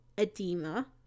edema